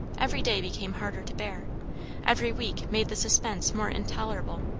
every day became harder to bear every week made the suspense more intolerable.